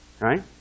right